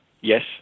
yes